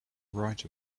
write